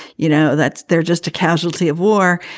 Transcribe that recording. you know, that's they're just a casualty of war.